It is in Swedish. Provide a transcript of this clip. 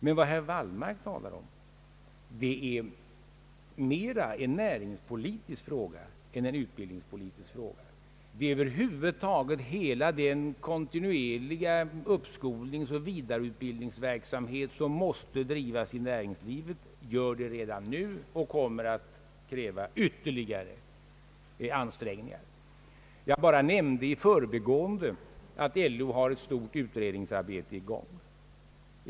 Men vad herr Wallmark talar om är mera en näringspolitisk fråga än en utbildningspolitisk fråga. Det är över huvud taget hela den kontinuerliga uppskolningsoch vidareutbildningsverksamhet, som måste drivas i näringslivet, som gör det redan nu och som kommer att kräva ytterligare ansträngningar. Jag bara nämnde i förbigående att LO har ett stort utredningsarbete i gång.